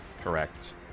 Correct